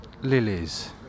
lilies